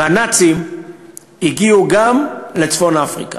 שהנאצים הגיעו גם לצפון-אפריקה,